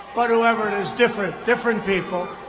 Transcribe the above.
but whoever it is different, different people.